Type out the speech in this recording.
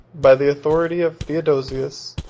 by the authority of theodosius,